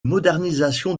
modernisation